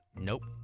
Nope